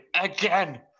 again